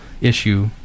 issue